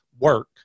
work